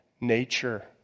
nature